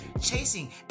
chasing